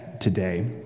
today